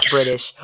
British